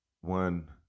one